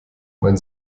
mein